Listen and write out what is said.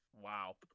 Wow